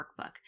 workbook